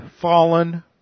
fallen